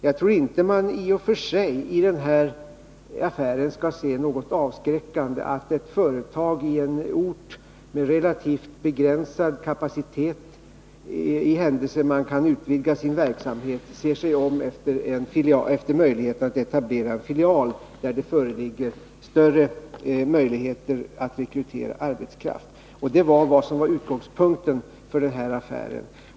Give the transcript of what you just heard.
Jag tror i och för sig inte att man skall se något avskräckande i den här affären — att ett företag med relativt begränsad kapacitet som ser att man kan utvidga sin verksamhet ser sig om efter möjligheter att etablera en filial där det föreligger större möjligheter att rekrytera arbetskraft. Det var utgångspunkten för den här affären.